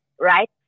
Right